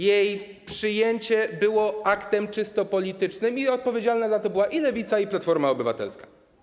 Jej przyjęcie było aktem czysto politycznym i odpowiedzialna za to była i Lewica, i Platforma Obywatelska.